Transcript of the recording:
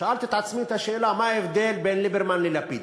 שאלתי את עצמי את השאלה מה ההבדל בין ליברמן ללפיד.